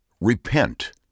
Repent